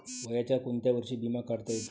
वयाच्या कोंत्या वर्षी बिमा काढता येते?